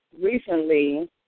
recently